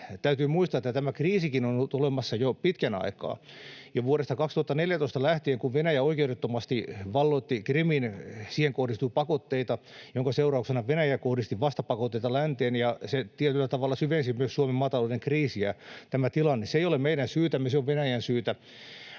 Täytyy muistaa, että tämä kriisikin on ollut olemassa jo pitkän aikaa, jo vuodesta 2014 lähtien, kun Venäjä oikeudettomasti valloitti Krimin. Siihen kohdistui pakotteita, minkä seurauksena Venäjä kohdisti vastapakotteita länteen, ja tämä tilanne tietyllä tavalla syvensi myös Suomen maatalouden kriisiä. Se ei ole meidän syytämme, se on Venäjän syytä,